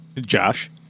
Josh